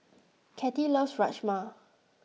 Kathie loves Rajma